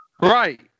Right